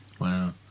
Wow